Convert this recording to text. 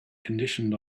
conditioned